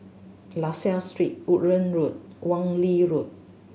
La Salle Street Woodlands Road Wan Lee Road